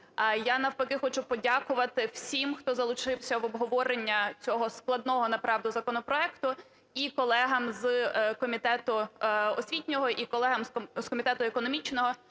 Я навпаки хочу подякувати всім, хто залучився в обговорення цього складного, направду, законопроекту і колегам з комітету освітнього, і колегам з комітету економічного.